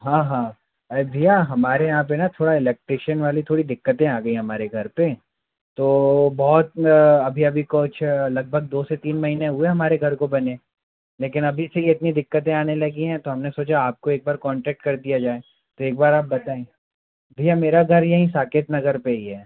हाँ हाँ अरे भैया हमारे यहाँ पर ना थोड़ा इलेक्ट्रीशियन वाली थोड़ी दिक्कतें आ गई हमारे घर पर तो बहुत अभी अभी कुछ लगभग दो से तीन महीने हुए हमारे घर को बने लेकिन अभी से ये इतनी दिक्कतें आने लगी हैं तो हमने सोचा आपको एक बार कॉन्टैक्ट कर दिया जाए तो एक बार आप बताऍं भैया मेरा घर यहीं साकेत नगर पे ही है